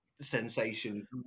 sensation